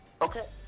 Okay